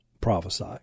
prophesy